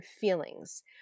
feelings